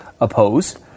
oppose